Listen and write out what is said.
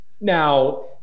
Now